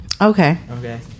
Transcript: Okay